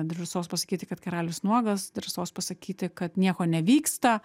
drąsos pasakyti kad karalius nuogas drąsos pasakyti kad nieko nevyksta